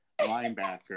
linebacker